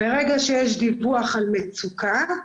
ברגע שיש דיווח על מצוקה,